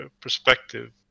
perspective